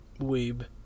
Weeb